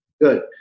Good